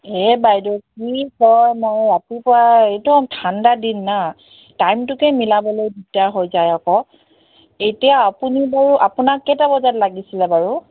এই বাইদেউ কি হয় মই ৰাতিপুৱাই এইটো ঠাণ্ডা দিন ন টাইমটোকে মিলাবলৈ দিগদাৰ হৈ যায় আকৌ এতিয়া আপুনি বাৰু আপোনাক কেইটা বজাত লাগিছিলে বাৰু